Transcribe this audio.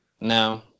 No